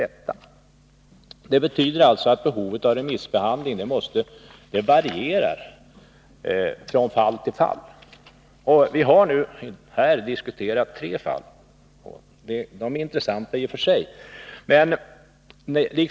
Detta betyder att behovet av remissbehandling varierar från fall till fall. Vi har här diskuterat tre fall som i och för sig är intressanta.